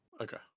Okay